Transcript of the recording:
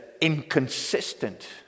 inconsistent